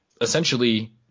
essentially